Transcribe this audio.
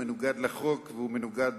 הוא מנוגד לחוק והוא מנוגד